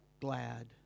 glad